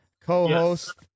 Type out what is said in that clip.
co-host